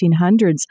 1800s